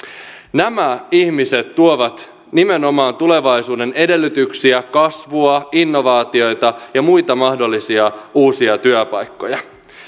nämä ihmiset tuovat nimenomaan tulevaisuuden edellytyksiä kasvua innovaatioita ja muita mahdollisia uusia työpaikkoja